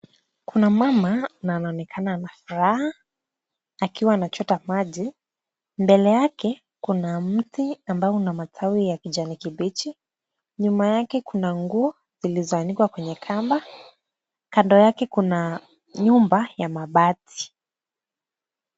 Kuna mama na anaonekana ana furaha akiwa anachota maji. Mbele yake kuna mti ambao una matawi ya kijani kibichi, nyuma yake kuna nguo zilizoanikwa kwenye kamba. Kando yake kuna nyumba ya mabati.